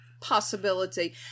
possibility